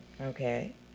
Okay